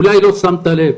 אולי לא שמת לב,